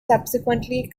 subsequently